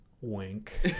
Wink